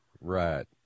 Right